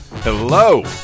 Hello